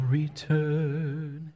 return